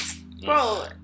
Bro